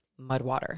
Mudwater